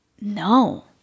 No